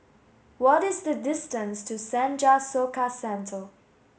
what is the distance to Senja Soka Centre